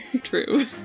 True